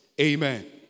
Amen